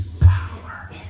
power